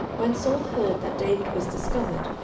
when saul heard that david was discovered,